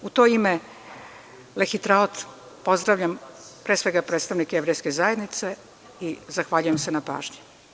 U to ime, lehitraot, pozdravljam pre svega predstavnike Jevrejske zajednice i zahvaljujem se na pažnji.